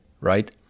right